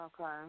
Okay